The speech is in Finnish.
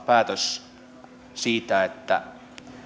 päätös siitä että